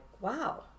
wow